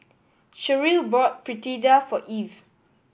Cherrelle bought Fritada for Evie